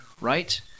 right